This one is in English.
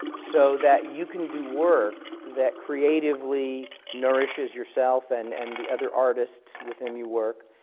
so that you can do work that creatively nourishes yourself and and the other artists with whom you work,